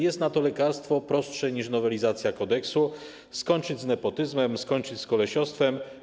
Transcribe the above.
Jest na to lekarstwo prostsze niż nowelizacja kodeksu: skończyć z nepotyzmem, skończyć z kolesiostwem.